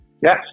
Yes